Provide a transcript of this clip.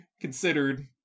considered